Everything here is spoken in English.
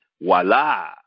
voila